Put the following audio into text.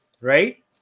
right